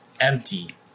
Empty